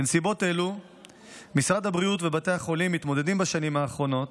בנסיבות אלו משרד הבריאות ובתי החולים מתמודדים בשנים האחרונות,